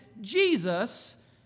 Jesus